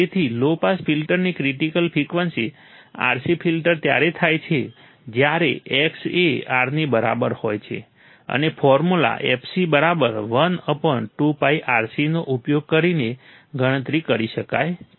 તેથી low pass ફિલ્ટરની critical frequency RC filter ત્યારે થાય છે જ્યારે X એ R ની બરાબર હોય છે અને ફોર્મ્યુલા fc 1 નો ઉપયોગ કરીને ગણતરી કરી શકાય છે